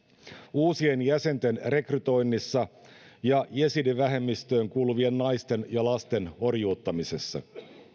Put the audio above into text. uusien jäsenten rekrytoinnissa ja jesidivähemmistöön kuuluvien naisten ja lasten orjuuttamisessa